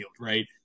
Right